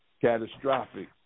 catastrophic